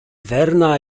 verne’a